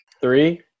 Three